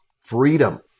freedom